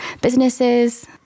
businesses